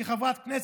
כחברת כנסת,